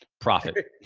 profit.